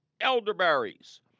elderberries